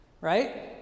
right